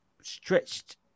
stretched